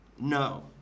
No